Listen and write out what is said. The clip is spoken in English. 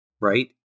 right